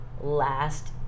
last